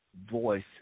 voice